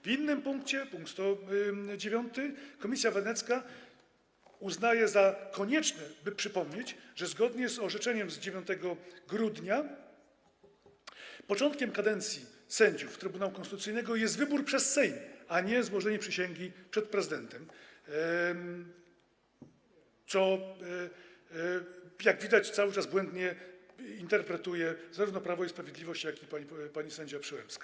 W innym punkcie, pkt 109, Komisja Wenecka uznaje za konieczne, by przypomnieć, że zgodnie z orzeczeniem z 9 grudnia początkiem kadencji sędziów Trybunału Konstytucyjnego jest wybór przez Sejm, a nie złożenie przysięgi przed prezydentem, co, jak widać, cały czas błędnie interpretuje zarówno Prawo i Sprawiedliwość, jak i pani sędzia Przyłębska.